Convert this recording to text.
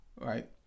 right